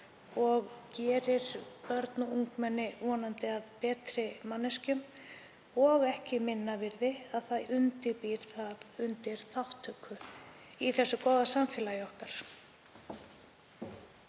og gerir börn og ungmenni vonandi að betri manneskjum og, sem ekki er minna virði, býr þau undir þátttöku í þessu góða samfélagi okkar.